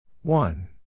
one